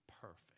perfect